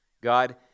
God